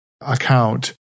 account